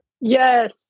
Yes